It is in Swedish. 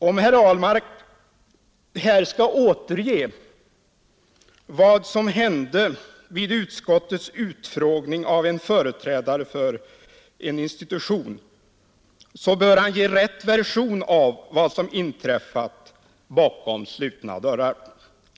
Om herr Ahlmark skall återge vad som hände vid utskottets utfrågning av en företrädare för en institution, så bör han ge rätt version av vad som inträffat bakom slutna dörrar.